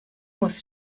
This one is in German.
muss